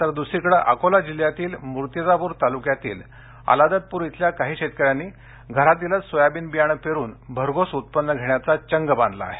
तर दूसरीकडे अकोल जिल्ह्यातील मूर्तिजापूर तालुक्यातील अलादतपूर इथल्या काही शेतकऱ्यांनी घरातीलच सोयाबीन बियाणे पेरून भरघोस उत्पन्न घेण्याचा चंग बांधला आहे